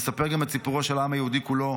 נספר גם את סיפורו של העם היהודי כולו,